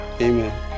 Amen